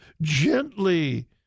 gently